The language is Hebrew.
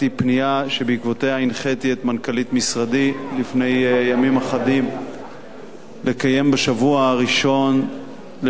מנכ"לית משרדי לפני ימים אחדים לקיים בשבוע הראשון לשנת הלימודים,